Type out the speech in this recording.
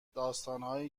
داستانهایی